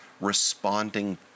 responding